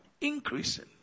increasing